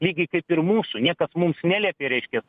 lygiai kaip ir mūsų niekas mums neliepė reiškias